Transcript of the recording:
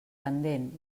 pendent